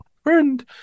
friend